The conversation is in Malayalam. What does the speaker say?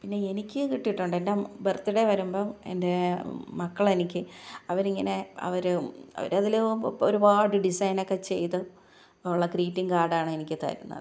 പിന്നെ എനിക്ക് കിട്ടിയിട്ടുണ്ട് എന്റെ ബര്ത്ത്ഡേ വരുമ്പോൾ എന്റെ മക്കള് എനിക്ക് അവരിങ്ങനെ അവർ അവരതിൽ ഒരുപാട് ഡിസൈനൊക്കെ ചെയ്ത് ഉള്ള ഗ്രീറ്റിംഗ് കാര്ഡാണ് എനിക്ക് തരുന്നത്